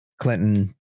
Clinton